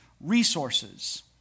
resources